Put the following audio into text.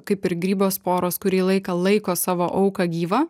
kaip ir grybo sporos kurį laiką laiko savo auką gyvą